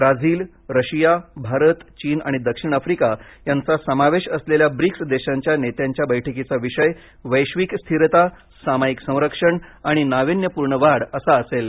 Brazil Russia Bharat चीन आणि दक्षिण आफ्रिका यांचा समावेश असलेल्या ब्रिक्स देशांच्या नेत्यांच्या बैठकीचा विषय वैश्विक स्थिरता सामायिक संरक्षण आणि नावीन्यपूर्ण वाढ असा असेल